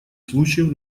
случаев